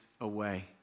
away